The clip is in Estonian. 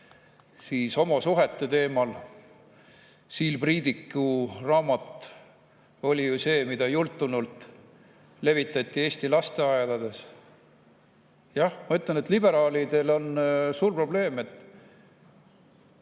homosuhete teemal. Siil Priidiku raamat oli ju see, mida jultunult levitati Eesti lasteaedades. Ma ütlen, et liberaalidel on suur probleem.